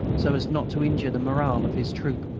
so as not to injure the moral of his troop.